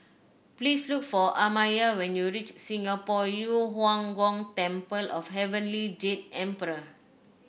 please look for Amaya when you reach Singapore Yu Huang Gong Temple of Heavenly Jade Emperor